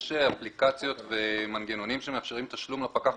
אנשים יקבלו חשבון לתשלום וישלמו אותו.